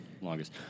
longest